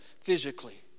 physically